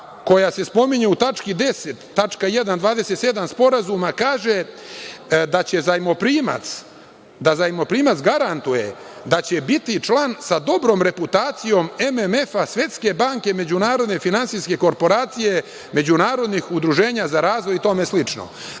koja se spominje u tački 10.1.27. Sporazuma kaže da zajmoprimac garantuje da će biti član sa dobrom reputacijom MMF-a, Svetske banke i Međunarodne finansijske korporacije, međunarodnih udruženja za razvoj i tome slično.